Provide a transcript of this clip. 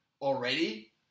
already